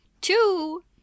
two